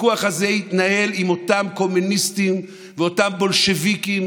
הוויכוח הזה התנהל עם אותם קומוניסטים ואותם בולשביקים,